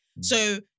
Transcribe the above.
So-